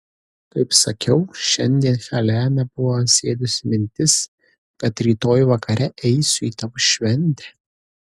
kaip sakiau šiandien heleną buvo apsėdusi mintis kad rytoj vakare eisiu į tavo šventę